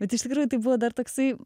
bet iš tikrųjų tai buvo dar toksai